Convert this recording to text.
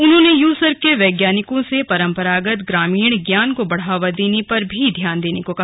उन्होंने USERC के वैज्ञानिकों से परम्परागत ग्रामीण ज्ञान को बढ़ावा देने पर भी ध्यान देने को कहा